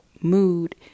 mood